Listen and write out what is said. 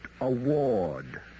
Award